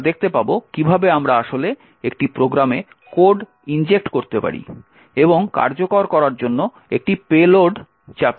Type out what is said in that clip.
আমরা দেখতে পাব কীভাবে আমরা আসলে একটি প্রোগ্রামে কোড ইনজেক্ট করতে পারি এবং কার্যকর করার জন্য একটি পেলোড চাপিয়ে দিতে পারি